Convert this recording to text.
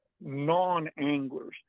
non-anglers